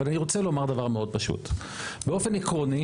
אבל אני רוצה לומר דבר מאוד פשוט: באופן עקרוני,